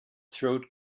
throat